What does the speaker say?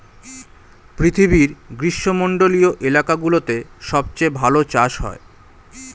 পৃথিবীর গ্রীষ্মমন্ডলীয় এলাকাগুলোতে সবচেয়ে ভালো চাষ হয়